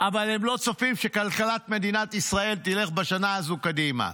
אבל הם לא צופים שכלכלת מדינת ישראל תלך בשנה הזו קדימה.